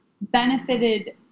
benefited